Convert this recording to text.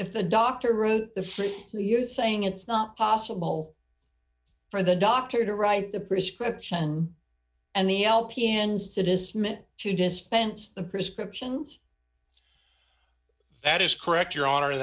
if the doctor wrote for two years saying it's not possible for the doctor to write the prescription and the lp hands it is meant to dispense the prescriptions that is correct your honor